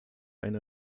eine